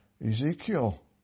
Ezekiel